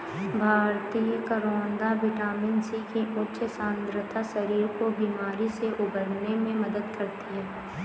भारतीय करौदा vitamin C की उच्च सांद्रता शरीर को बीमारी से उबरने में मदद करती है